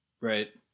Right